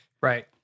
Right